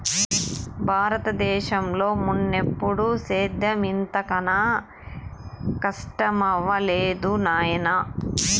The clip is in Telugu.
బారత దేశంలో మున్నెప్పుడూ సేద్యం ఇంత కనా కస్టమవ్వలేదు నాయనా